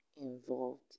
involved